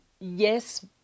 Yes